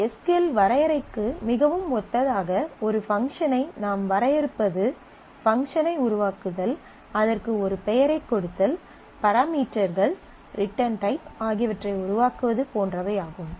S Q L வரையறைக்கு மிகவும் ஒத்ததாக ஒரு பங்க்ஷன் ஐ நாம் வரையறுப்பது பங்க்ஷன் ஐ உருவாக்குதல் அதற்கு ஒரு பெயரைக் கொடுத்தல் பராமீட்டர்கள் ரிட்டர்ன் டைப் ஆகியவற்றை உருவாக்குவது போன்றவை ஆகும்